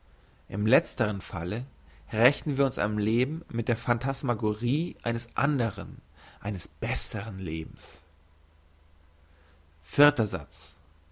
im letzteren falle rächen wir uns am leben mit der phantasmagorie eines anderen eines besseren lebens vierter satz